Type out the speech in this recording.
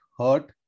hurt